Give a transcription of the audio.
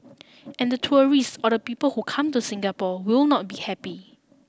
and the tourists or the people who come to Singapore will not be happy